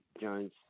Jones